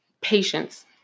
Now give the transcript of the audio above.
Patience